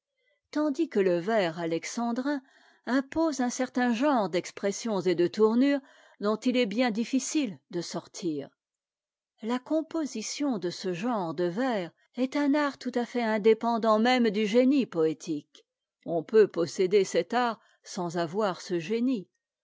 tandis que le vers alexandrin impose un certain genre d'expressions et de tournures dont il est bien difficile de sortir la composition de ce genre dé vers est un art tout à fait indépendant même du génie poétique on peut posséder cet art sans avoir ce génie